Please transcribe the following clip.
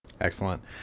Excellent